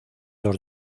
los